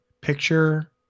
picture